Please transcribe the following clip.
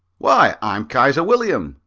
why, i'm kaiser william,